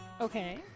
Okay